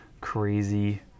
crazy